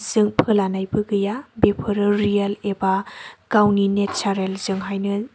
जों फोलानायबो गैया बेफोरो रियेल एबा गावनि नेचारेलजोंहायनो